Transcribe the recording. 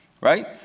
right